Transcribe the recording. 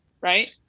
Right